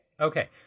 Okay